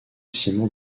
ciment